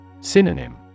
synonym